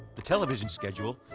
the television schedule,